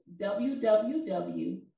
www